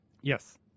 Yes